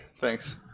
thanks